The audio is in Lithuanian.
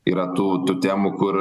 yra tų tų temų kur